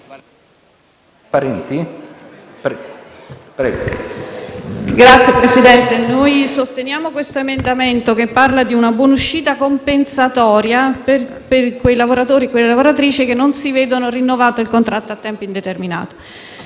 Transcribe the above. PARENTE *(PD)*. Signor Presidente, noi sosteniamo l'emendamento 3.12 che propone una buonuscita compensatoria per quei lavoratori e quelle lavoratrici che non si vedono rinnovato il contratto a tempo indeterminato.